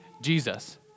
Jesus